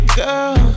girl